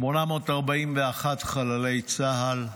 841 חללי צה"ל,